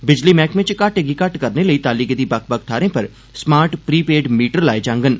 बिजली मैहकमे च घाटे गी घट्ट करने लेई ताली गेदी बक्ख बक्ख थाहरें पर स्मार्ट प्री पेड मीटर लाए जागंन